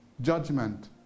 judgment